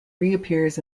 reappears